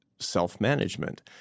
self-management